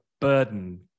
burden